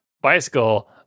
bicycle